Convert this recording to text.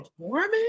performing